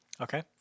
Okay